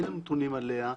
אין לנו נתונים עליה,